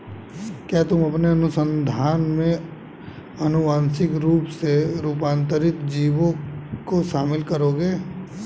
क्या तुम अपने अनुसंधान में आनुवांशिक रूप से रूपांतरित जीवों को शामिल करोगे?